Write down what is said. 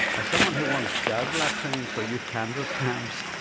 as someone who once dug latrines for youth canvas camps,